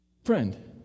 Friend